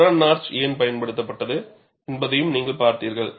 chevron notch ஏன் பயன்படுத்தப்பட்டது என்பதையும் நீங்கள் பார்த்தீர்கள்